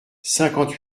cinquante